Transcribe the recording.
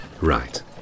Right